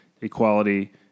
equality